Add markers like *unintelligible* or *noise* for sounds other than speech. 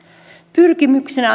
pyrkimyksenä *unintelligible*